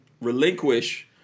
relinquish